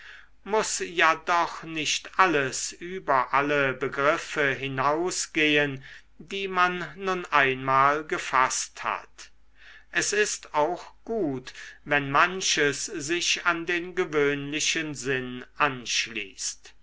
muß ja doch nicht alles über alle begriffe hinausgehen die man nun einmal gefaßt hat es ist auch gut wenn manches sich an den gewöhnlichen sinn anschließt